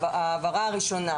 העברה ראשונה,